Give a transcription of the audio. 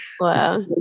Wow